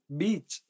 beach